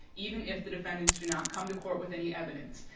even if the defendants do not come to court with any evidence.